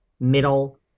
middle